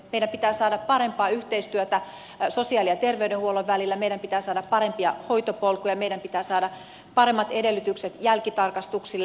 meidän pitää saada parempaa yhteistyötä sosiaali ja ter veydenhuollon välillä meidän pitää saada parempia hoitopolkuja meidän pitää saada paremmat edellytykset jälkitarkastuksille